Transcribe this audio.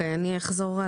אני אחזור.